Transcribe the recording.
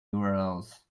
urls